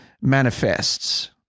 manifests